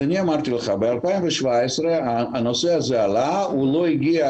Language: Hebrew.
אז אמרתי, ב-2017 הנושא הזה עלה, הוא לא הגיע